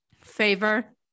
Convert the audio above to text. favor